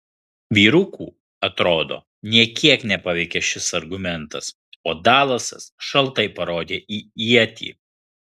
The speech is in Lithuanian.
vyrukų atrodo nė kiek nepaveikė šis argumentas o dalasas šaltai parodė į ietį